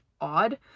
odd